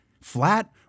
Flat